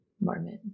moment